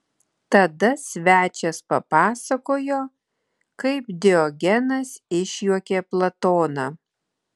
tada svečias papasakojo kaip diogenas išjuokė platoną